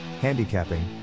handicapping